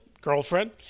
girlfriend